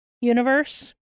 universe